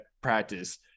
practice